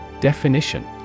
Definition